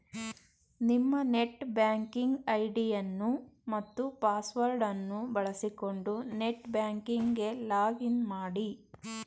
ನಿಮ್ಮ net banking ಐಡಿಯನ್ನು ಮತ್ತು ಪಾಸ್ವರ್ಡ್ ಅನ್ನು ಬಳಸಿಕೊಂಡು ನೆಟ್ ಬ್ಯಾಂಕಿಂಗ್ ಗೆ ಲಾಗ್ ಇನ್ ಮಾಡಿ